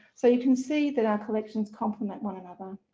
so you can see that our collections complement one another.